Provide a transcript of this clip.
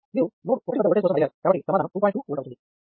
ఇప్పుడు మనకు అదే సమీకరణం వేరే కరెంట్ సోర్స్ విలువ తో ఉంది